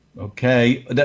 Okay